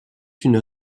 une